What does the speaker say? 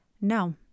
No